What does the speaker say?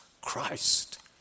Christ